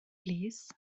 plîs